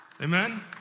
Amen